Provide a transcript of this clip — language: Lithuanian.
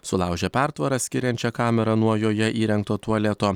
sulaužė pertvarą skiriančią kamerą nuo joje įrengto tualeto